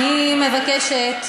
אני מבקשת.